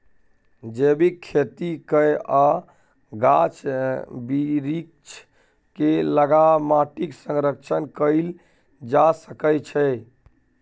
जैबिक खेती कए आ गाछ बिरीछ केँ लगा माटिक संरक्षण कएल जा सकै छै